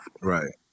Right